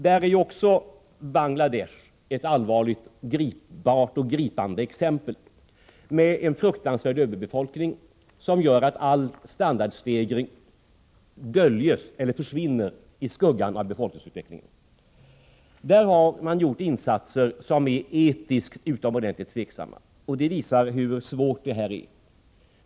Där är också Bangladesh ett allvarligt, gripbart och gripande exempel, med en fruktansvärd överbefolkning som gör att all standardstegring döljs eller försvinner i skuggan av befolkningsutvecklingen. Där har man gjort insatser som är etiskt utomordentligt tveksamma. Det visar hur svårt detta är.